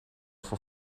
voor